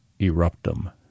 Eruptum